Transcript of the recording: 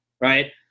Right